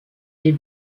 est